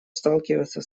сталкивается